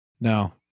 No